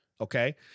okay